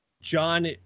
John